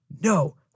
no